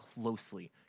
closely